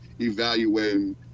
evaluating